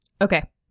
Okay